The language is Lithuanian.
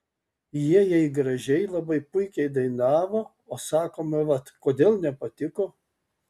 jie jei gražiai labai puikiai dainavo o sakome vat kodėl nepatiko